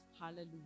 Hallelujah